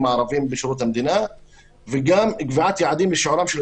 הערבים בשירות המדינה; (ב) גם קביעת יעדים לשיעורם של